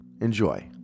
Enjoy